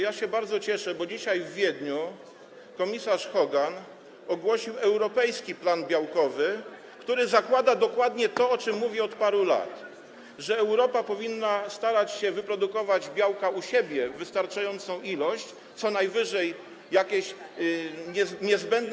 Ja się bardzo cieszę, bo dzisiaj w Wiedniu komisarz Hogan ogłosił europejski plan białkowy, który zakłada dokładnie to, o czym mówię od paru lat, że Europa powinna starać się wyprodukować u siebie wystarczającą ilość białka, co najwyżej jakieś niezbędne.